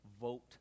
vote